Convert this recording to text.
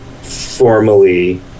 formally